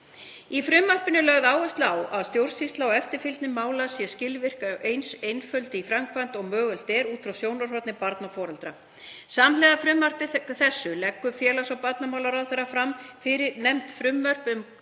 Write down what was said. Í frumvarpinu er lögð áhersla á að stjórnsýsla og eftirfylgni mála sé skilvirk og eins einföld í framkvæmd og mögulegt er út frá sjónarhorni barna og foreldra. Samhliða frumvarpi þessu leggur félags- og barnamálaráðherra fram fyrrnefnd frumvörp sem